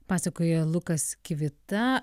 pasakoja lukas kivita